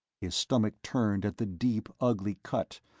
his stomach turned at the deep, ugly cut,